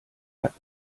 hat